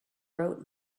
wrote